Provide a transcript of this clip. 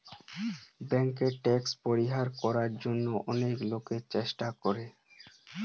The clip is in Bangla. বেঙ্কে ট্যাক্স পরিহার করার জিনে অনেক লোকই চেষ্টা করে